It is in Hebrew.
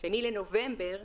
ב-2 בנובמבר,